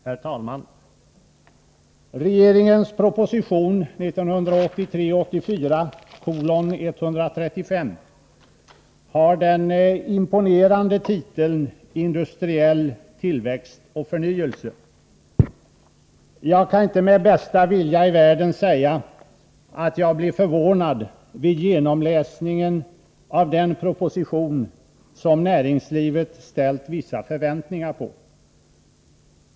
Herr talman! Regeringens proposition 1983/84:135 har den imponerande titeln Industriell tillväxt och förnyelse. Jag kan inte med bästa vilja i världen säga att jag blev förvånad vid genomläsningen av den proposition som näringslivet ställt vissa förväntningar på.